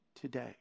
today